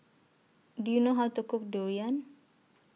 Do YOU know How to Cook Durian